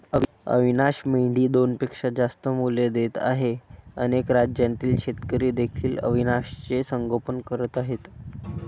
अविशान मेंढी दोनपेक्षा जास्त मुले देत आहे अनेक राज्यातील शेतकरी देखील अविशानचे संगोपन करत आहेत